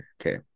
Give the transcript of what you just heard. Okay